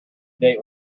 date